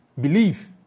believe